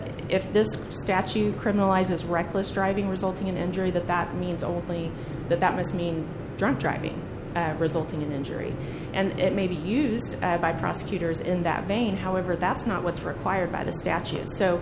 if this statute criminalize his reckless driving resulting in injury that that means only that that must mean drunk driving resulting in injury and it may be used by prosecutors in that vein however that's not what's required by the statute so